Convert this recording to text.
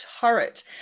turret